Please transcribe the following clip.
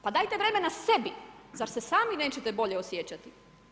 Pa dajte vremena sebi, zar se sami nećete bolje osjećati?